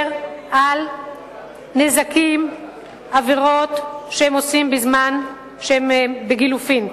על נזקים ועבירות שהם עושים בזמן שהם בגילופין.